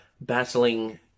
battling